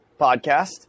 podcast